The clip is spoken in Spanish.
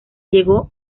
llegó